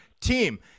team